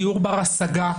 דיור בר-השגה,